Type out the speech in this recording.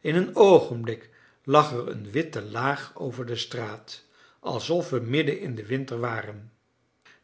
in een oogenblik lag er een witte laag over de straat alsof we midden in den winter waren